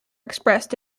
expressed